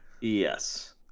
Yes